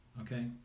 okay